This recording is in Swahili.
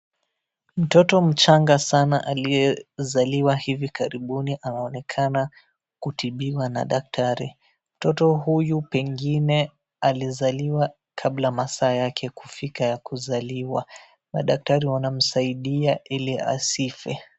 Mtoto mchanga sana aliyezaliwa hivi karibuni anaonekana kutibiwa na daktari. Mtoto huyu pengine alizaliwa kabla masaa yake kufika ya kuzaliwa. Madaktari wanamsaidia ili asife.